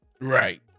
Right